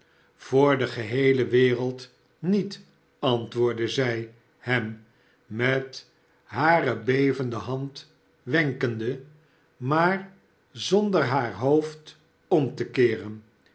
voor de geheele wereld niet antwoordde zij hem met hare bevende hand wenkende maar zonder haar hoofd om te keeren